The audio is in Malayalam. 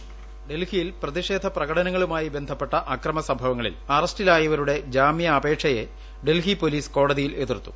വോയിസ് ഡൽഹിയിൽ പ്രതിഷ്പേൾ പ്രകടനങ്ങളുമായി ബന്ധപ്പെട്ട അക്രമസംഭവങ്ങളിൽ അസ്റ്റിലായവരുടെ ജാമ്യാപേക്ഷയെ ഡൽഹി പോലീസ് കോടതിയിൽ എതിർത്തു